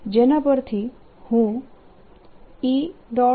જેના પરથી હું E